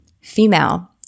Female